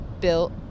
built